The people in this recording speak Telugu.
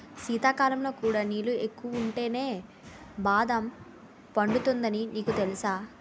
శీతాకాలంలో కూడా నీళ్ళు ఎక్కువుంటేనే బాదం పండుతుందని నీకు తెలుసా?